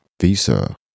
visa